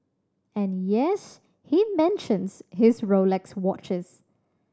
and yes he mentions his Rolex watches